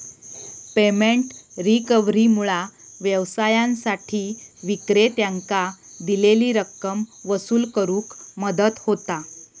payment रिकव्हरीमुळा व्यवसायांसाठी विक्रेत्यांकां दिलेली रक्कम वसूल करुक मदत होता